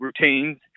routines